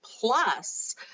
Plus